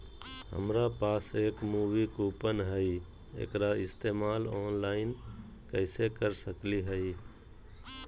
हमरा पास एक मूवी कूपन हई, एकरा इस्तेमाल ऑनलाइन कैसे कर सकली हई?